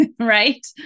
right